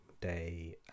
day